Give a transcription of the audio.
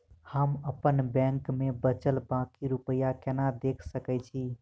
हम अप्पन बैंक मे बचल बाकी रुपया केना देख सकय छी?